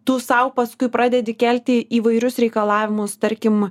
tu sau paskui pradedi kelti įvairius reikalavimus tarkim